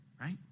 Right